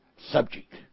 subject